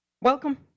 Welcome